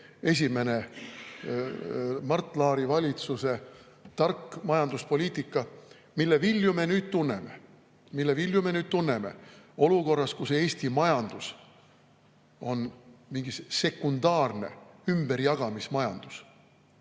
see Mart Laari esimese valitsuse tark majanduspoliitika, mille vilju me nüüd tunneme – mille vilju me nüüd tunneme! – olukorras, kus Eesti majandus on mingi sekundaarne ümberjagamismajandus.